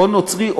או נוצרי,